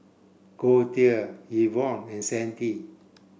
Goldia Yvonne and Sandy